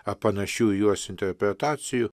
ar panašių į juos interpretacijų